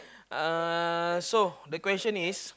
uh so the question is